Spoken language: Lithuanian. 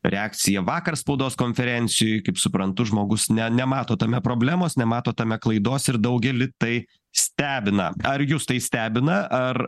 reakcija vakar spaudos konferencijoj kaip suprantu žmogus ne nemato tame problemos nemato tame klaidos ir daugelį tai stebina ar jus tai stebina ar